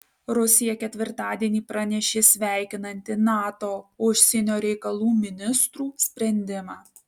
rusija ketvirtadienį pranešė sveikinanti nato užsienio reikalų ministrų sprendimą